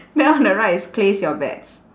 then on the right is place your bets